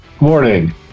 Morning